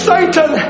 Satan